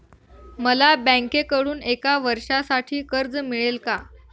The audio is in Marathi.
मला बँकेकडून एका वर्षासाठी कर्ज मिळेल का?